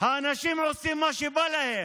האנשים עושים מה שבא להם.